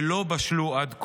שלא בשלו עד כה.